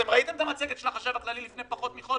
אתם ראיתם את המצגת של החשב הכללי לפני פחות מחודש.